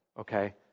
okay